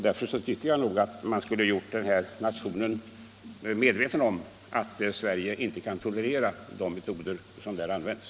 Därför tycker jag att vi skulle ha gjort den här nationen medveten om att Sverige inte kan tolerera de metoder som där använts.